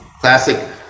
classic